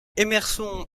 emerson